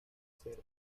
ser